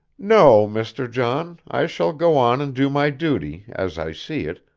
no, mr. john, i shall go on and do my duty, as i see it,